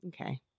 Okay